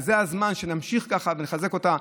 זה הזמן שנמשיך ככה ונחזק אותה,